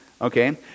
okay